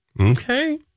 Okay